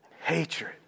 hatred